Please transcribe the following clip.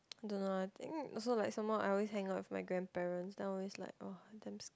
don't know lah I think also like some more I hang out with my grandparents then I always like !wah! damn scared